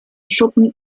schuppen